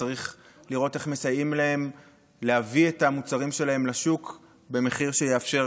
וצריך לראות איך מסייעים להן להביא את המוצרים שלהן לשוק במחיר שיאפשר